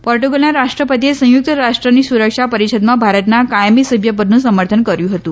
પોર્ટગલના રાષ્ટ્રપતિએ સંયુક્ત રાષ્ટ્રની સુરક્ષા પરિષદમાં ભારતના કાયમી સભ્યપદનું સમર્થન કર્યું હતું